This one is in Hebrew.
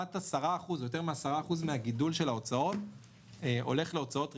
10% או יותר מ-10% מהגידול של ההוצאות הולך להוצאות ריבית.